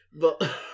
but-